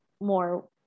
more